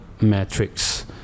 metrics